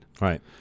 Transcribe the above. Right